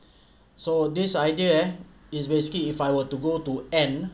so this idea eh is basically if I were to go to N